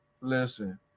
Listen